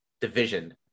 division